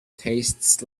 tastes